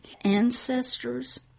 ancestors